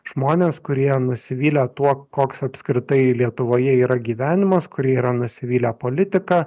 žmonės kurie nusivylę tuo koks apskritai lietuvoje yra gyvenimas kurie yra nusivylę politika